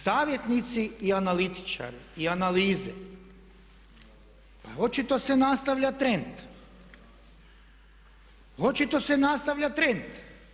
Savjetnici i analitičari i analize pa očito se nastavlja trend, očito se nastavlja trend.